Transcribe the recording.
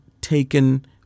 taken